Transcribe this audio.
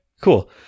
cool